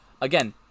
again